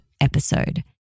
episode